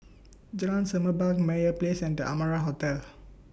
Jalan Semerbak Meyer Place and The Amara Hotel